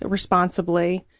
responsibly,